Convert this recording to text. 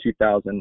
2000